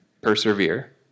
persevere